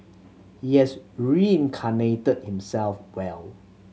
he is reincarnated himself well